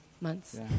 months